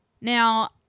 Now